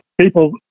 people